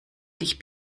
dich